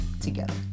together